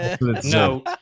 No